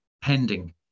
pending